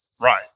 Right